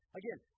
again